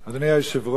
אדוני היושב-ראש,